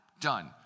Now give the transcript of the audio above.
Done